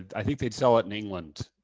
i think they sell it in england,